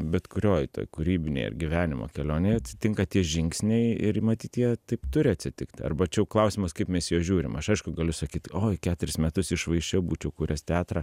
bet kurioj toj kūrybinėj ar gyvenimo kelionėje atsitinka tie žingsniai ir matyt jie taip turi atsitikti arba čia jau klausimas kaip mes į juos žiūrim aš aišku galiu sakyti oi keturis metus iššvaisčiau būčiau kūręs teatrą